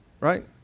Right